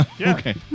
Okay